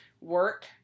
Work